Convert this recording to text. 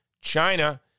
China